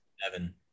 Seven